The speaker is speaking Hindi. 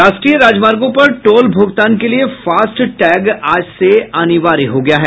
राष्ट्रीय राजमार्गों पर टोल भुगतान के लिए फास्ट टैग आज से अनिवार्य हो गया है